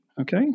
okay